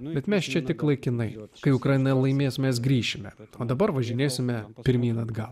nu bet mes čia tik laikinai o kai ukraina laimės mes grįšime o dabar važinėsime pirmyn atgal